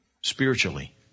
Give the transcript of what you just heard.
spiritually